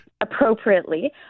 Appropriately